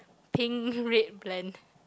pink red blend